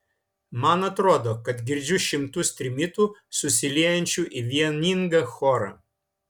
man atrodo kad girdžiu šimtus trimitų susiliejančių į vieningą chorą